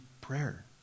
prayer